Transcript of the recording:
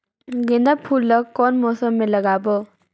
गेंदा फूल ल कौन मौसम मे लगाबो?